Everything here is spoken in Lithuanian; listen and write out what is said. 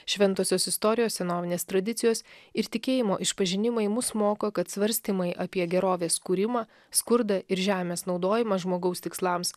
šventosios istorijos senovinės tradicijos ir tikėjimo išpažinimai mus moko kad svarstymai apie gerovės kūrimą skurdą ir žemės naudojimą žmogaus tikslams